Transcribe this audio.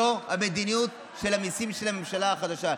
זו המדיניות של המיסים של הממשלה החדשה,